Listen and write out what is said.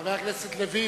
חבר הכנסת לוין,